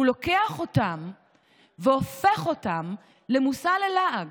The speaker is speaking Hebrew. הוא לוקח אותם והופך אותם למושא ללעג.